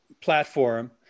platform